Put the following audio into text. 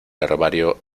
herbario